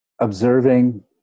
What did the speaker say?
observing